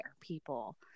people